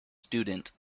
student